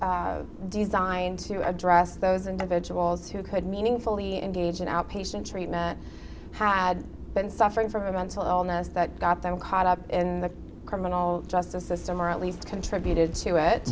you design to address those individuals who could meaningfully engage in outpatient treatment had been suffering from a mental illness that got them caught up in the criminal justice system or at least contributed to it